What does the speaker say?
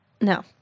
no